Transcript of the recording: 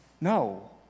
No